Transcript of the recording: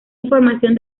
información